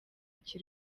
iki